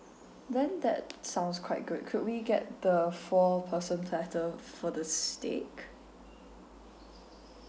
then that sounds quite good could we get the four person platter for the steak